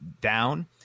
down